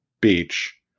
beach